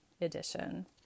edition